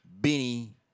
Benny